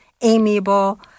amiable